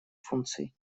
функций